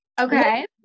Okay